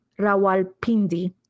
Rawalpindi